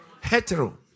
Hetero